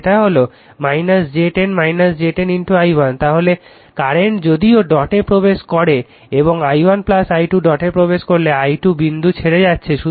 তো এটা হলো j 10 j 10 i1 তাহলে কারেন্ট যদিও ডট এ প্রবেশ করে এবং i1 i2 ডট এ প্রবেশ করলে i2 বিন্দু ছেড়ে যাচ্ছে